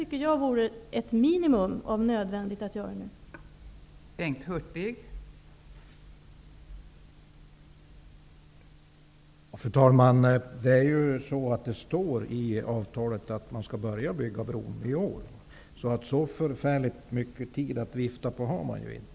Det vore enligt min mening ett minimum, och det är nödvändigt att göra det nu.